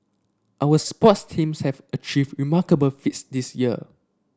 our sports teams have achieved remarkable feats this year